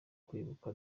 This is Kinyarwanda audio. kwibuka